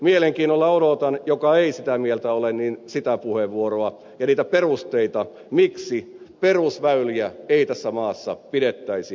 mielenkiinnolla odotan sen puheenvuoroa joka ei sitä mieltä ole ja niitä perusteita miksi perusväyliä ei tässä maassa pidettäisi kunnossa